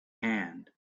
hand